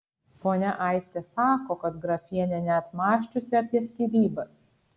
ponia aistė sako kad grafienė net mąsčiusi apie skyrybas